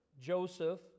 Joseph